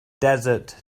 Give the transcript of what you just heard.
desert